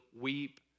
weep